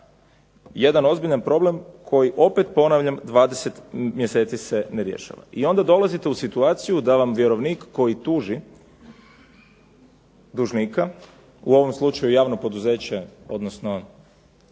jedan ozbiljan problem koji, opet ponavljam, 20 mjeseci se ne rješava. I onda dolazite u situaciju da vam vjerovnik koji tuži dužnika u ovom slučaju javno poduzeće, odnosno